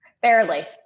Barely